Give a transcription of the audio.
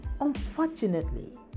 Unfortunately